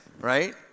right